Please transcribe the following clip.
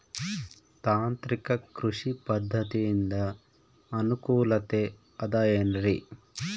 ತಾಂತ್ರಿಕ ಕೃಷಿ ಪದ್ಧತಿಯಿಂದ ಅನುಕೂಲತೆ ಅದ ಏನ್ರಿ?